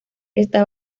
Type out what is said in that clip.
está